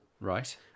right